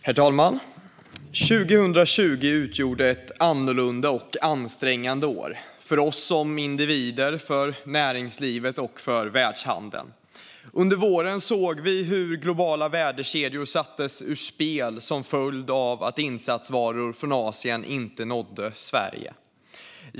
Herr talman! 2020 utgjorde ett annorlunda och ansträngande år för oss som individer, för näringslivet och för världshandeln. Under våren såg vi hur globala värdekedjor sattes ur spel som en följd av att insatsvaror från Asien inte nådde Sverige.